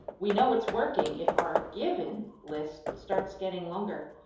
we know it's working if our given list starts getting longer.